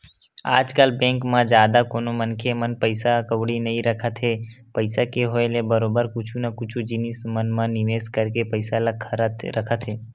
आजकल बेंक म जादा कोनो मनखे मन पइसा कउड़ी नइ रखत हे पइसा के होय ले बरोबर कुछु न कुछु जिनिस मन म निवेस करके पइसा ल रखत हे